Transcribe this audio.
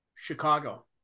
Chicago